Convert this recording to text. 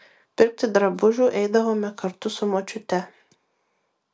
pirkti drabužių eidavome kartu su močiute